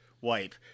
wipe